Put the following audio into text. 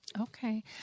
Okay